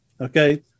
okay